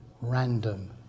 random